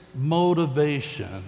motivation